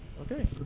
Okay